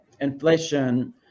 inflation